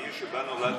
מהעיר שבה נולדתי,